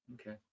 Okay